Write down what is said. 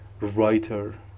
writer